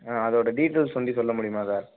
ம் அதோட டீடைல்ஸ் வந்து சொல்ல முடியுமா சார்